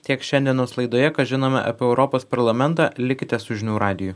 tiek šiandienos laidoje ką žinome apie europos parlamentą likite su žinių radiju